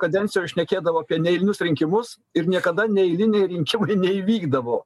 kadencijoj šnekėdavo apie neeilinius rinkimus ir niekada neeiliniai rinkimai neįvykdavo